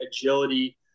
agility